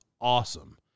awesome